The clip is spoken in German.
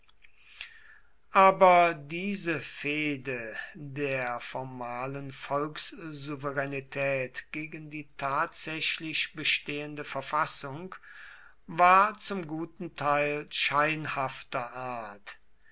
aber diese fehde der formalen volkssouveränität gegen die tatsächlich bestehende verfassung war zum guten teil scheinhafter art